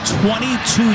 22